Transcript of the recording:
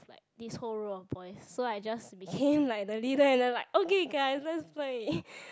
like this whole row of boys so I just became like the leader and then like okay guys let's play